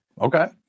Okay